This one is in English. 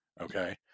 Okay